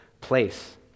place